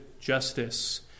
justice